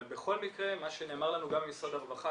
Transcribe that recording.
אבל בכל מקרה מה שנאמר לנו גם ממשרד הרווחה,